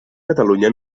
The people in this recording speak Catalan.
catalunya